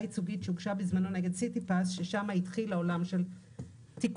ייצוגית שהוגשה בזמנו נגד סיטיפס ששם התחיל העולם של תיקוף,